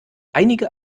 einige